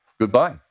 Goodbye